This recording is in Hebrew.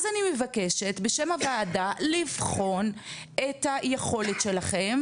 אז אני מבקשת בשם הוועדה לבחון את היכולת שלכם